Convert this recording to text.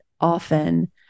often